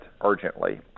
urgently